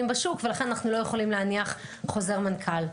בשוק ולכן אנחנו לא יכולים להניח חוזר מנכ"ל.